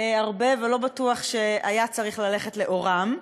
הרבה ולא בטוח שהיה צריך ללכת לאורם.